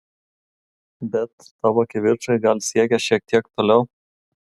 bet tavo kivirčai gal siekė šiek tiek toliau